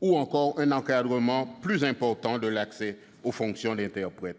ou encore un encadrement plus important de l'accès aux fonctions d'interprète.